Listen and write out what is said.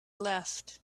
left